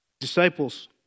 disciples